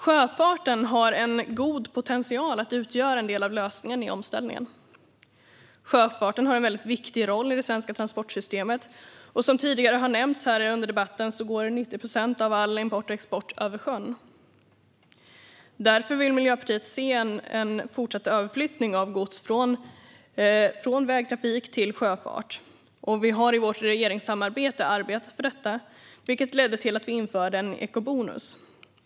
Sjöfarten har god potential att utgöra en del av lösningen i omställningen. Sjöfarten har en väldigt viktig roll i det svenska transportsystemet. Som tidigare har nämnts i debatten går 90 procent av all import och export över sjön. Därför vill Miljöpartiet se en fortsatt överflyttning av gods från vägtrafik till sjöfart. Vi har i vårt regeringssamarbete arbetat för detta, vilket ledde till att vi införde en eco-bonus.